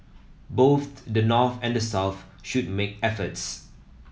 both the North and the South should make efforts